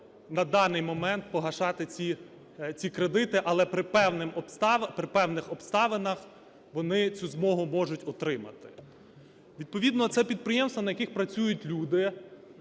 на даний момент погашати ці кредити, але при певних обставинах вони цю змогу можуть отримати. Відповідно це підприємства, на яких працюють люди,